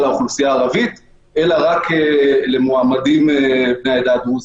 האוכלוסייה הערבית אלא רק למועמדים בני העדה הדרוזית.